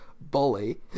bully